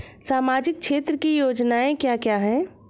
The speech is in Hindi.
सामाजिक क्षेत्र की योजनाएं क्या हैं?